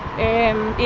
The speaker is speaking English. and